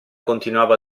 continuava